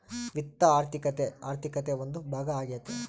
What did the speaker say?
ವಿತ್ತ ಆರ್ಥಿಕತೆ ಆರ್ಥಿಕತೆ ಒಂದು ಭಾಗ ಆಗ್ಯತೆ